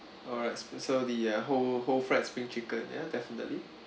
alright so the uh whole whole fried spring chicken ya definitely